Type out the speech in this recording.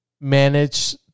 manage